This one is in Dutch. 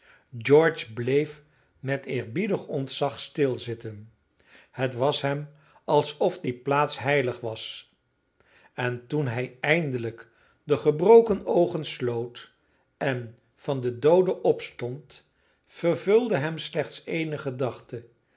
george bleef met eerbiedig ontzag stilzitten het was hem alsof die plaats heilig was en toen hij eindelijk de gebroken oogen sloot en van den doode opstond vervulde hem slechts eene gedachte die